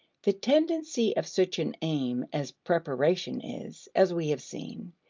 the tendency of such an aim as preparation is, as we have seen,